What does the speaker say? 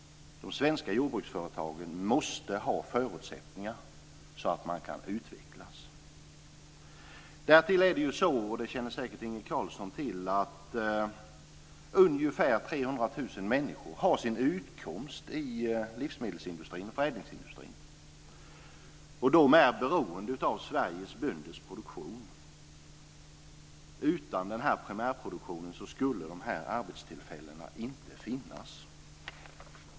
De svenska jordbruksföretagen måste ha förutsättningar att utvecklas. Därtill är det så - och det känner säkert Inge Carlsson till - att ungefär 300 000 människor har sin utkomst i livsmedels och förädlingsindustrin. De är beroende av Sveriges bönders produktion. Utan primärproduktionen skulle arbetstillfällena inte finnas.